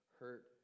hurt